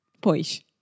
Pois